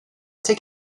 tek